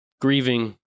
grieving